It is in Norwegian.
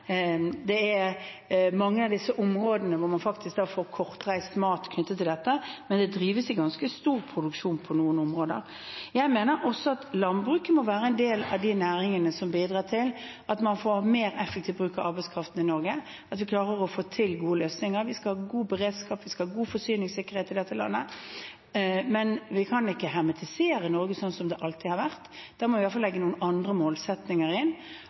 mange av disse områdene får man faktisk kortreist mat knyttet til dette, men det drives ganske stor produksjon på noen områder. Jeg mener også at landbruket må være en del av de næringene som bidrar til at man får mer effektiv bruk av arbeidsplassene i Norge, at vi klarer å få til gode løsninger. Vi skal ha god beredskap, vi skal ha god forsyningssikkerhet i dette landet, men vi kan ikke hermetisere Norge slik som det alltid har vært. Da må vi i alle fall legge noen andre målsettinger inn,